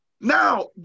Now